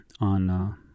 on